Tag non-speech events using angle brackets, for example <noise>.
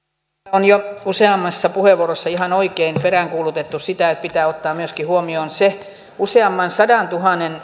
on jo useammassa puheenvuorossa ihan oikein peräänkuulutettu sitä että pitää ottaa huomioon myöskin se useamman sadantuhannen <unintelligible>